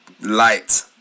light